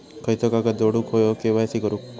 खयचो कागद जोडुक होयो के.वाय.सी करूक?